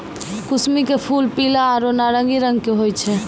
कुसमी के फूल पीला आरो नारंगी रंग के होय छै